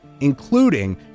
including